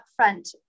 upfront